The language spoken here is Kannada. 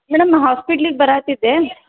ಮೇಡಮ್ ನಾ ಹಾಸ್ಪೆಟ್ಲಿಗೆ ಬರಹತ್ತಿದ್ದೆ